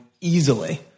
easily